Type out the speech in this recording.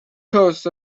coast